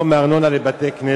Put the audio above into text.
(פטורין) (פטור מארנונה לבתי-כנסת),